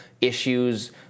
issues